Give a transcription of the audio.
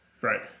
Right